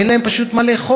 אין להם פשוט מה לאכול,